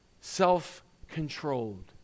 self-controlled